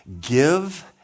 give